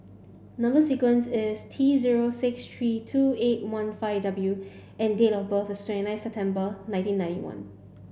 number sequence is T zero six three two eight one five W and date of birth is twenty nine September nineteen ninety one